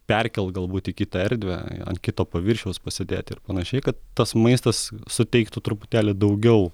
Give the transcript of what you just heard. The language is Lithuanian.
perkelt galbūt į kitą erdvę ant kito paviršiaus pasidėt ir panašiai kad tas maistas suteiktų truputėlį daugiau